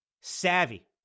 savvy